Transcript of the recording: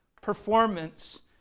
performance